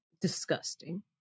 disgusting